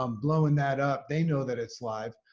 um blowing that up, they know that it's live.